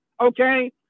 okay